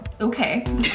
Okay